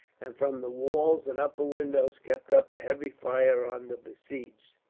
and from the walls and upper windows kept up a heavy fire on the besieged.